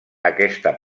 aquesta